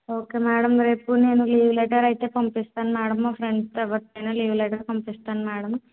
okay madam మరిప్పుడు నేను leave letter అయితే పంపిస్తాను మేడం నా ఫ్రెండ్స్తో ఎవరితోనైనా లీవ్ లెటర్ పంపిస్తాను మేడం